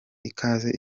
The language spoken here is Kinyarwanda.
ikaze